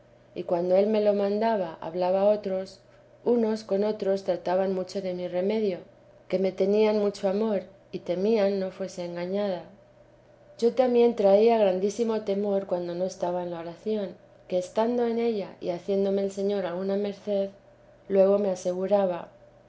y cuando él me lo mandaba hablaba a otros unos con otros trataban mucho de mi remedio que me tenían mucho amor y temían no fuese engañada yo tambi grandísimo temor cuando no estaba en la oración que estando en ella y haciéndome el señor alguna mer luego me aseguraba